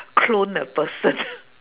clone the person